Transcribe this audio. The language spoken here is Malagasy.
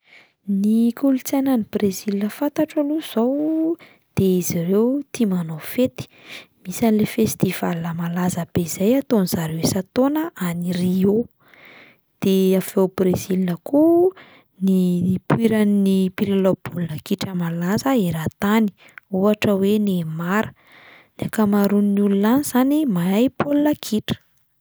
Ny kolontsaina any Brezila fantatro aloha izao de izy ireo tia manao fety, misy an'le festival malaza be izay ataon'zareo isan-taona any Rio, de avy ao Brezila ko ny ipoiran'ny mpilalao baolina kitra malaza eran-tany ohatra hoe Neymar, ny ankamaroan'ny olona any izany mahay baolina kitra.